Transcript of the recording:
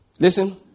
Listen